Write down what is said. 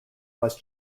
must